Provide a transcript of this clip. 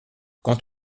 quand